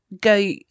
go